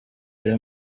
ari